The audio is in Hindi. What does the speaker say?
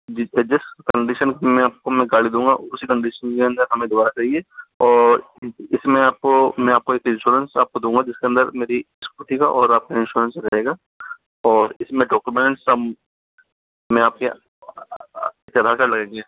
जी सर जिस कन्डिशन में आपको मैं गाड़ी दूंगा उसी कन्डिशन के अंदर हमें दुबारा चाहिए और इसमें आपको मैं आपको एक इन्श्योरेन्स मैं आपको दूंगा जिसके अंदर मेरी इस्कूटी का और आपका इन्श्योरेन्स रहेगा और इसमें डॉक्युमेंट्स हम में आपके आधार कार्ड लगेंगे